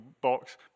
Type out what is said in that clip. box